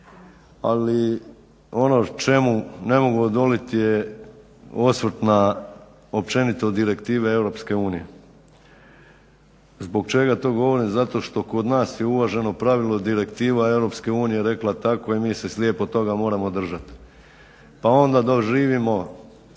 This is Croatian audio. ali ono čemu ne mogu odoljeti je osvrt na općenito direktive EU. Zbog čega to govorim? Zato što kod nas je uvaženo pravila Direktiva EU rekla tako i mi se slijepo toga moramo držati. Pa onda doživimo